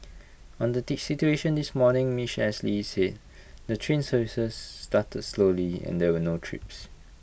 on the situation this morning miss Ashley said the train services started slowly and there were no trips